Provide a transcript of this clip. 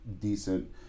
decent